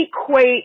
equate